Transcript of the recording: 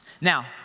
Now